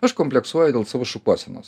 aš kompleksuoju dėl savo šukuosenos